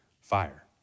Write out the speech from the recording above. fire